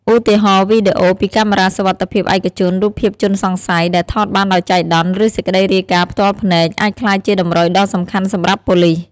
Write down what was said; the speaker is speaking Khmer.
ឧទាហរណ៍វីដេអូពីកាមេរ៉ាសុវត្ថិភាពឯកជន រូបភាពជនសង្ស័យ ដែលថតបានដោយចៃដន្យ ឬសេចក្តីរាយការណ៍ផ្ទាល់ភ្នែក អាចក្លាយជាតម្រុយដ៏សំខាន់សម្រាប់ប៉ូលិស។